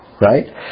Right